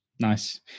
Nice